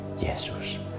Jesus